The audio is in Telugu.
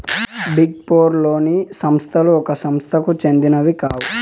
బిగ్ ఫోర్ లోని సంస్థలు ఒక సంస్థకు సెందినవి కావు